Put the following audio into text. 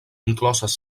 incloses